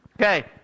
Okay